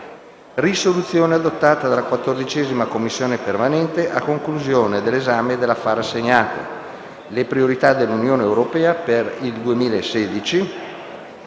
**Risoluzione adottata dalla 14a Commissione permanente a conclusione dell'esame dell'affare assegnato «Le priorità dell'Unione europea per il 2016